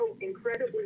incredibly